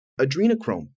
adrenochrome